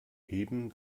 heben